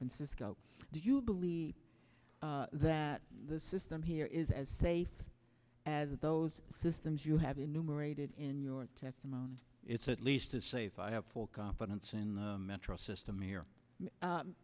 francisco do you believe that the system here is as safe as those systems you have enumerated in your testimony it's at least as safe i have full confidence in the metro system here